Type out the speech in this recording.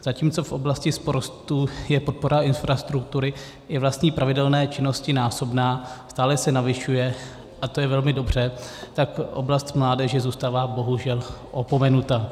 Zatímco v oblasti sportu je podpora infrastruktury i vlastní pravidelné činnosti násobná, stále se navyšuje a to je velmi dobře, tak oblast mládeže zůstává, bohužel, opomenuta.